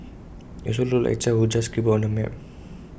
IT looks like A child just scribbled on the map